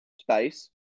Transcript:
Space